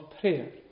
prayer